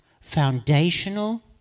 foundational